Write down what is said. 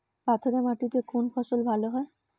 পাথরে মাটিতে কোন ফসল ভালো হয়?